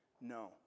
No